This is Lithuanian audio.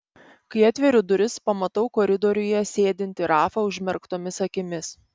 kai atveriu duris pamatau koridoriuje sėdintį rafą užmerktomis akimis